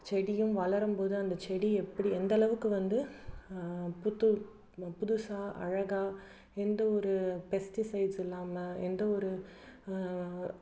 செடியும் வளரும் போது அந்த செடி எப்படி எந்தளவுக்கு வந்து புதுசாக அழகாக எந்த ஒரு பெஸ்டிசைட்ஸும் இல்லாமல் எந்த ஒரு